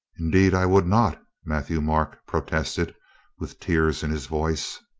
indeed, i would not, matthieu-marc protested with tears in his voice.